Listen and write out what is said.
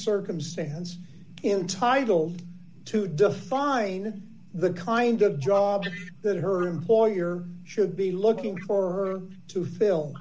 circumstance intitled to define the kind of job that her employer should be looking for to fill